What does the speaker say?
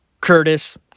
Curtis